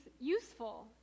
useful